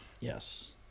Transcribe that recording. Yes